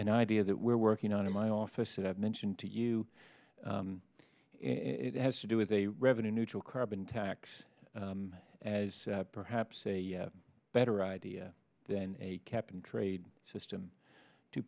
an idea that we're working on in my office that i've mentioned to you it has to do with a revenue neutral carbon tax as perhaps a better idea than a cap and trade system t